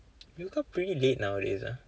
you wake up pretty late nowadays ah